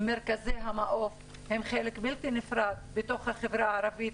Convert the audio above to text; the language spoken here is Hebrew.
מרכזי המעוף הם חלק בלתי נפרד מהחברה הערבית